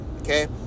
okay